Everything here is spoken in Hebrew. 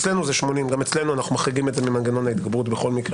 אצלנו זה 80. גם אצלנו אנחנו מחריגים את זה ממנגנון ההתגברות בכל מקרה,